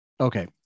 okay